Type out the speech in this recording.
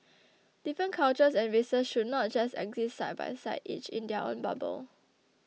different cultures and races should not just exist side by side each in their own bubble